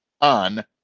on